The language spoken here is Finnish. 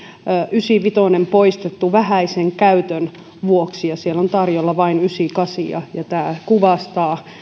ysivitonen poistettu vähäisen käytön vuoksi ja siellä on tarjolla vain ysikasia ja tämä kuvastaa sitä